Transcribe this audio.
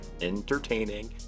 entertaining